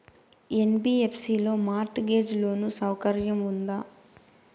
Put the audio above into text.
NBFC లో mortgage loan సౌకర్యం ఉందా?